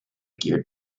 geared